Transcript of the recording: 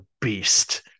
beast